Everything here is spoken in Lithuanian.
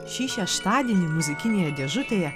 šį šeštadienį muzikinėje dėžutėje